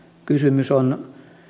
kysymys on